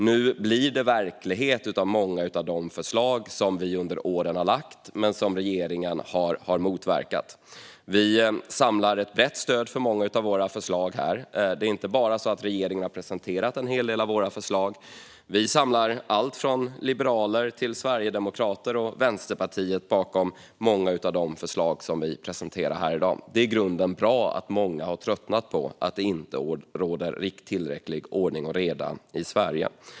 Nu blir det verklighet av många av de förslag som vi lagt fram under åren men som regeringen har motverkat. Vi samlar ett brett stöd här för många av våra förslag. Det är inte bara så att regeringen har presenterat en hel del av våra förslag. Vi samlar allt från liberaler till sverigedemokrater och vänsterpartister bakom många av de förslag som vi presenterar här i dag. Det är i grunden bra att många har tröttnat på att det inte råder tillräcklig ordning och reda i Sverige.